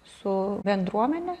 su bendruomene